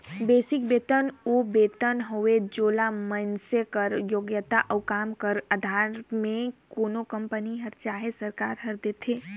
basic बेतन ओ बेतन हवे जेला मइनसे कर योग्यता अउ काम कर अधार में कोनो कंपनी हर चहे सरकार हर देथे